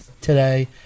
today